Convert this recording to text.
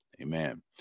Amen